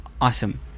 awesome